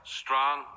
strong